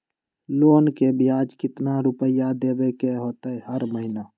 Loan के ब्याज कितना रुपैया देबे के होतइ हर महिना?